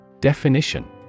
Definition